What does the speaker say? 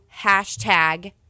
hashtag